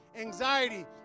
anxiety